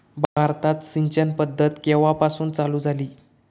भारतात सिंचन पद्धत केवापासून चालू झाली?